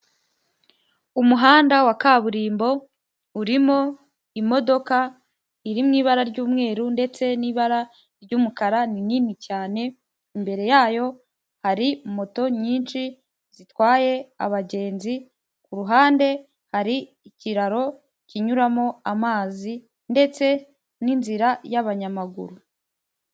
Umuhanda wa kaburimbo urimo imodoka iri mu ibara ry'umweru ndetse n'ibara ry'umukara ni nini cyane, imbere yayo hari moto nyinshi zitwaye abagenzi, ku ruhande hari ikiraro kinyuramo amazi ndetse n'inzira y'abanyamaguru.